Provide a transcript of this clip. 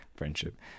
friendship